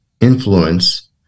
influence